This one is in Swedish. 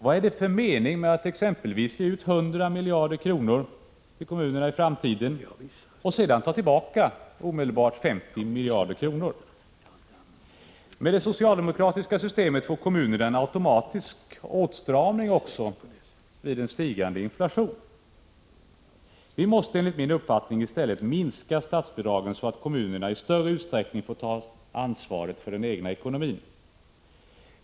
Vad är det för mening med att exempelvis ge kommunerna 100 miljarder i framtiden och sedan omedelbart ta tillbaka 50 miljarder? Med det socialdemokratiska systemet får kommunerna en automatisk åtstramning också vid stigande inflation. Vi måste, enligt min mening, minska statsbidragen, så att kommunerna i större utsträckning får ta ansvaret för den egna ekonomin.